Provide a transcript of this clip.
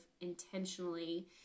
intentionally